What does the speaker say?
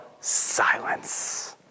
silence